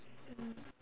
mm